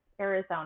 Arizona